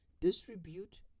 distribute